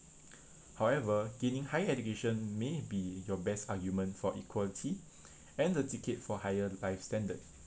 however gaining high education may be your best argument for equality and the ticket for higher life standard